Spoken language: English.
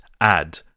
add